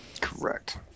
Correct